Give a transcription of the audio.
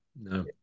No